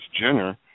Jenner